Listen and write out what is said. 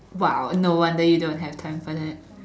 !wow! no wonder you don't have time for that